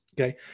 Okay